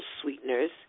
sweeteners